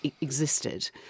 existed